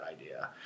idea